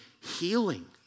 healing